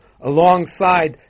alongside